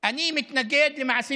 אני מתנגד למעשים